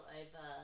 over